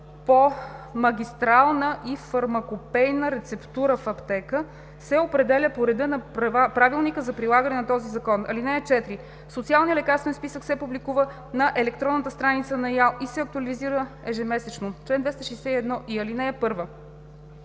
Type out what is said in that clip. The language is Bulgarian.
по магистрална и фармакопейна рецептура в аптека, се определя по реда на правилника за прилагане на този закон. (4) Социалният лекарствен списък се публикува на електронната страница на ИАЛ и се актуализира ежемесечно. Чл. 261и.